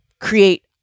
create